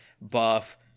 buff